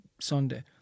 Sunday